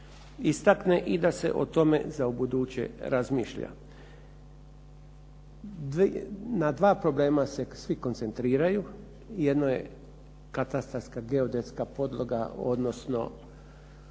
istakne i da se o tome za ubuduće razmišlja. Na dva problema se svi koncentriraju. Jedno je katastarska geodetska podloga, odnosno